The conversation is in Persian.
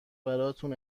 براتون